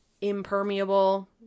impermeable